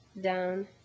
down